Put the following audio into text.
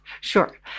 Sure